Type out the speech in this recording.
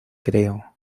creo